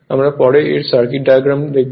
আমরা পরে এর সার্কিট ডায়াগ্রাম দেখাবো